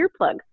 earplugs